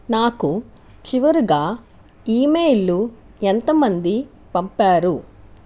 నాకు చివరగా ఇమెయిల్లు ఎంత మంది పంపారు